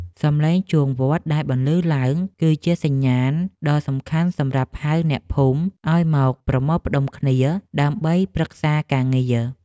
សំឡេងជួងវត្តដែលបន្លឺឡើង គឺជាសញ្ញាណដ៏សំខាន់សម្រាប់ហៅអ្នកភូមិឱ្យមកប្រមូលផ្ដុំគ្នាដើម្បីប្រឹក្សាការងារ។